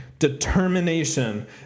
determination